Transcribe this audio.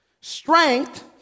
Strength